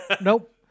Nope